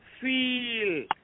feel